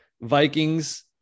vikings